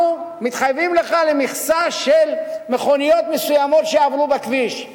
אנחנו מתחייבים לך למכסה של מכוניות מסוימות שיעברו בכביש;